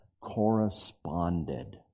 corresponded